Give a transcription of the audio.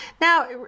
Now